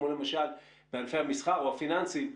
כמו למשל בענפי המסחר או הפיננסים.